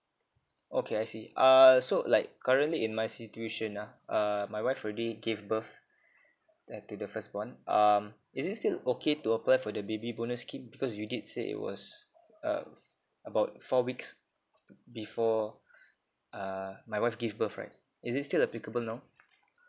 okay I see uh so like currently in my situation ah err my wife already gave birth uh to the first born um is it still okay to apply for the baby bonus scheme because you did say it was uh about four weeks before uh my wife give birth right is it still applicable now